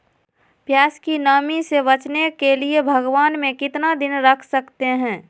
प्यास की नामी से बचने के लिए भगवान में कितना दिन रख सकते हैं?